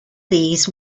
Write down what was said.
these